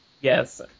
Yes